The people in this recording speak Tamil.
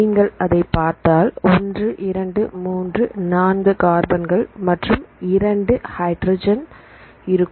நீங்கள் அதை பார்த்தால் 1234 கார்பன்கள் மற்றும் 2 நைட்ரஜன் இருக்கும்